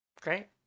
Great